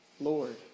Lord